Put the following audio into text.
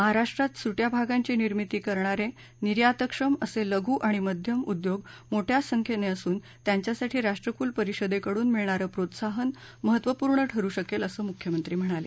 महाराष्ट्रात सुड्या भागांची निर्मिती करणारे निर्यातक्षम असे लघू आणि मध्यम उद्योग मोठ्या संख्येनं असून त्यांच्यासाठी राष्ट्रकुल परिषदेकडुन मिळणारं प्रोत्साहन महत्त्वपूर्ण ठरू शकेल असं मुख्यमंत्री म्हणाले